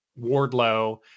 Wardlow